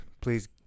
Please